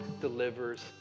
delivers